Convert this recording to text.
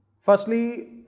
Firstly